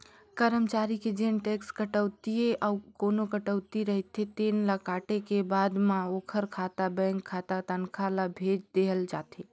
करमचारी के जेन टेक्स कटउतीए अउ कोना कटउती रहिथे तेन ल काटे के बाद म ओखर खाता बेंक खाता तनखा ल भेज देहल जाथे